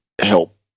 help